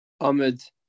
Ahmed